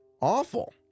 Awful